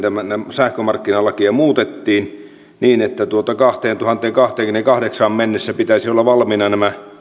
sähkömarkkinalakia muutettiin niin että kaksituhattakaksikymmentäkahdeksanaan mennessä pitäisi olla valmiina